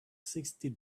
sixty